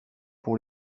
pour